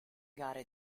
gare